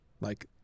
Like-